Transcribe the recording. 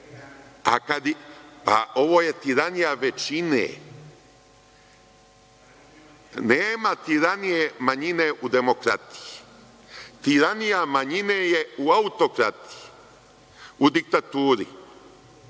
ovo je tiranija većine. Nema tiranije manjine u demokratiji. Tiranija manjine je u autokratiji, u diktaturi.